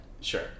Sure